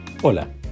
Hola